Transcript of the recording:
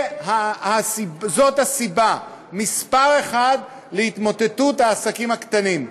זאת הסיבה מספר אחת להתמוטטות העסקים הקטנים.